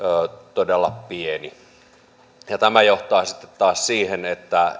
todella pieni tämä johtaa sitten taas siihen että